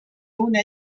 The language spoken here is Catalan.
una